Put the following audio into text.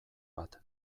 bat